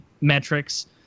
metrics